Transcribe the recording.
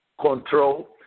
control